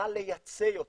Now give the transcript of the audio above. נוכל לייצא יותר